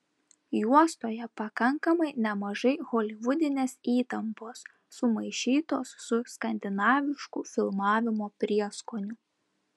juostoje pakankamai nemažai holivudinės įtampos sumaišytos su skandinavišku filmavimo prieskoniu